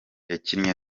yakinnye